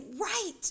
right